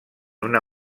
una